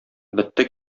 бетте